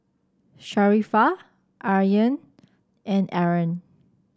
Sharifah Aryan and Aaron